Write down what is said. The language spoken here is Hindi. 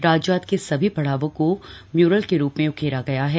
राजजात के सभी पड़ावों को म्यूरल के रूप में उकेरा गया है